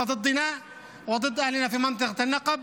זומם נגדנו ונגד אנשינו באזור הנגב,